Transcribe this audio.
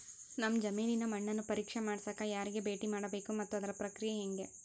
ನಮ್ಮ ಜಮೇನಿನ ಮಣ್ಣನ್ನು ಪರೇಕ್ಷೆ ಮಾಡ್ಸಕ ಯಾರಿಗೆ ಭೇಟಿ ಮಾಡಬೇಕು ಮತ್ತು ಅದರ ಪ್ರಕ್ರಿಯೆ ಹೆಂಗೆ?